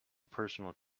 personal